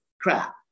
crap